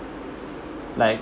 like